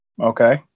Okay